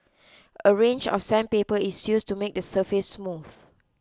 a range of sandpaper is used to make the surface smooth